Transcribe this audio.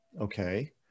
Okay